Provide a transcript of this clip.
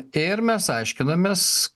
ir mes aiškinamės